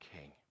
king